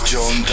John